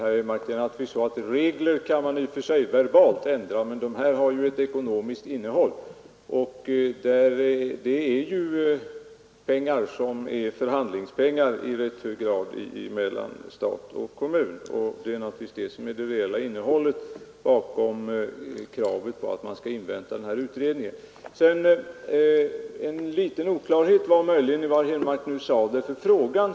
Fru talman! Det är naturligtvis så, herr Henmark, att regler i och för sig kan ändras verbalt, men reglerna i detta avseende har ju ett ekonomiskt innehåll. Fördelningen av medlen mellan stat och kommun är i rätt hög grad en förhandlingsfråga, och det är naturligtvis det som är det reella innehållet bakom kravet på att utredningsresultatet skall inväntas. Det fanns möjligen en liten oklarhet i det som herr Henmark nyss sade.